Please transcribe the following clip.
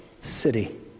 city